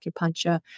acupuncture